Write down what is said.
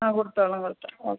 ആ കൊടുത്തോളാം കൊടുത്തോളൂ ഓക്കേ